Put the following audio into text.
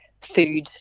food